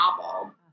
novel